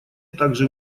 также